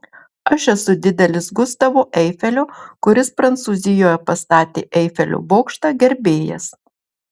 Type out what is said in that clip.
aš esu didelis gustavo eifelio kuris prancūzijoje pastatė eifelio bokštą gerbėjas